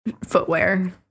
footwear